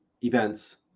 events